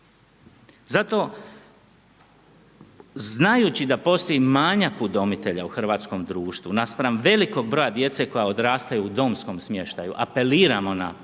Zato znajući da postoji manjak udomitelja u hrvatskom društvu naspram velikog broja djece koja odrastaju u domskom smještaju, apeliramo na